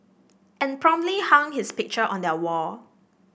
and promptly hung his picture on their wall